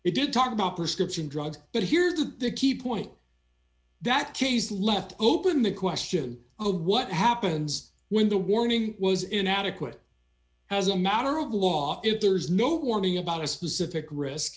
it did talk about prescription drugs but here's the key point that case left open the question of what happens when the warning was inadequate as a matter of law if there is no warning about a specific risk